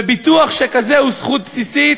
וביטוח שכזה הוא זכות בסיסית.